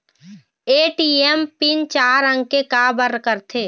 ATM PIN चार अंक के का बर करथे?